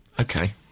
Okay